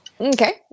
Okay